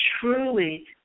truly